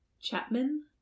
Chapman